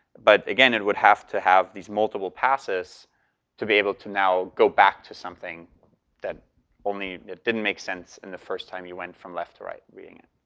but, again, it would have to have these multiple passes to be able to now go back to something that only it didn't make sense in the first time you went from left to right reading it,